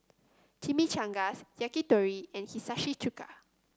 Chimichangas Yakitori and Hiyashi Chuka